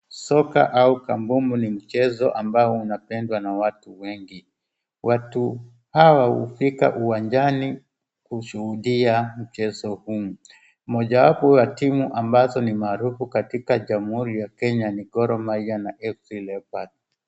Soka au kabumbu ni mchezo ambao unapendwa na watu wengi. Watu hawa hufika uwanjani kushuhudia mchezo huu. Moja wapo wa timu ambazo ni maarufu katika jamhuri ya Kenya ni Gormahia na Afc Leopard.